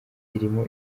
irimo